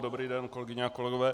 Dobrý den, kolegyně a kolegové.